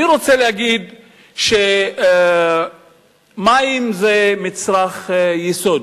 אני רוצה להגיד שמים זה מצרך יסוד.